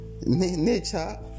nature